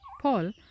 Paul